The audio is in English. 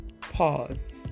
pause